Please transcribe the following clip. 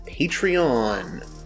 Patreon